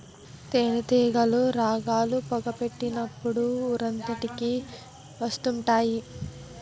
తేనేటీగలు రాగాలు, పొగ పెట్టినప్పుడు ఊరంతకి వత్తుంటాయి